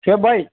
شعیب بھائی